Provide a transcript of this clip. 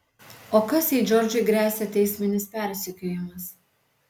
o kas jei džordžui gresia teisminis persekiojimas